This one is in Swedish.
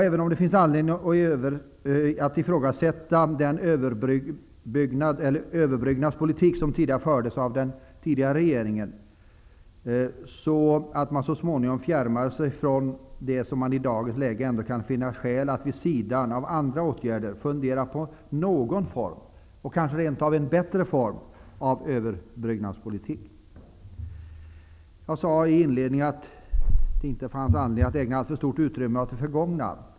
Även om det finns anledning att ifrågasätta den överbryggningspolitik som fördes av den tidigare regeringen och man fjärmar sig från den, kan det i dagens läge ändå finnas skäl att vid sidan av andra åtgärder fundera på någon form, kanske rent av en bättre form, av överbryggningspolitik. Jag sade inledningsvis att det inte fanns anledning att ägna så stort utrymme åt det förgångna.